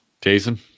Jason